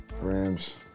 Rams